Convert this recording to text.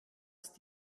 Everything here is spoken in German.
ist